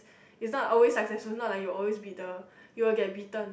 he's not always successful not like he will always be the he will get beaten